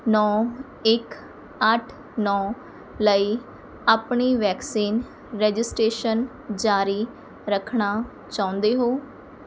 ਨੌ ਇੱਕ ਅੱਠ ਨੌ ਲਈ ਆਪਣੀ ਵੈਕਸੀਨ ਰਜਿਸਟ੍ਰੇਸ਼ਨ ਜਾਰੀ ਰੱਖਣਾ ਚਾਹੁੰਦੇ ਹੋ